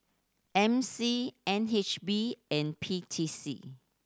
M C N H B and P T C